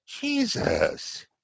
Jesus